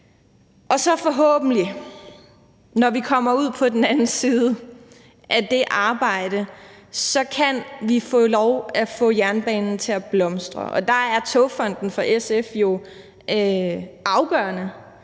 forhåbentlig, når vi kommer ud på den anden side af det arbejde, få jernbanen til at blomstre. Og der er Togfonden DK for SF jo afgørende;